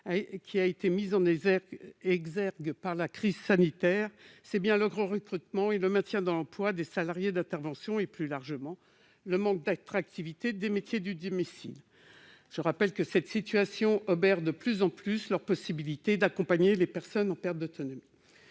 qui a été mise en exergue par la crise sanitaire, c'est bien le recrutement et le maintien dans l'emploi des salariés d'intervention et, plus largement, le manque d'attractivité des métiers du domicile. Cette situation obère de plus en plus leur possibilité d'accompagner les personnes en perte d'autonomie.